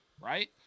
right